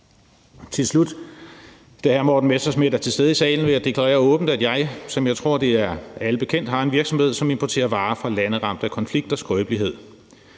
Til slut, da hr. Morten Messerschmidt er til stede i salen, vil jeg deklarere åbent, at jeg, som jeg tror det er alle bekendt, har en virksomhed, som importerer varer fra lande ramt af konflikt og skrøbelighed,